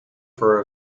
for